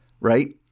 Right